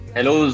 Hello